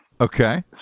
Okay